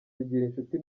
zigirinshuti